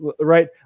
right